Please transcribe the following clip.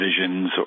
visions